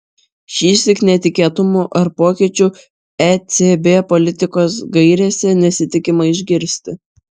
šįsyk netikėtumų ar pokyčių ecb politikos gairėse nesitikima išgirsti